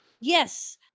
Yes